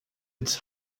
its